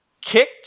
kicked